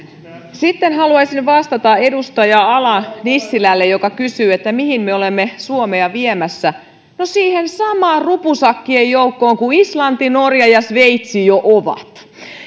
sitten haluaisin vastata edustaja ala nissilälle joka kysyy mihin me olemme suomea viemässä no siihen samaan rupusakkiin jossa islanti norja ja sveitsi jo ovat